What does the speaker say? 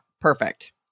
perfect